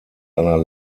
einer